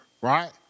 right